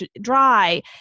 dry